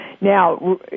Now